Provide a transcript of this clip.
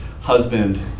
husband